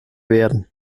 werden